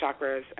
chakras